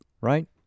right